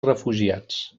refugiats